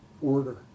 order